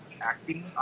acting